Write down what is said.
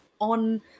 on